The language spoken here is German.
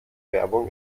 werbung